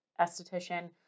esthetician